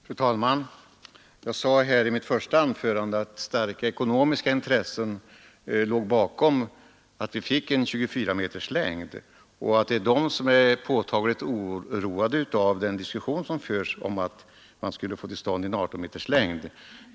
Fru talman! Jag sade här i mitt första anförande att starka ekonomiska intressen låg bakom införandet av en högsta längd av 24 meter för landsvägsfordon och att det är på det hållet som man är påtagligt oroad av den diskussion som förs om att den högsta tillåtna längden skulle minskas till 18 meter.